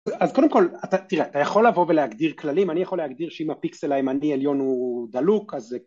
אז קודם כל, תראה אתה יכול לבוא ולהגדיר כללים, אני יכול להגדיר שאם הפיקסל הימני עליון הוא דלוק אז זה...